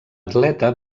atleta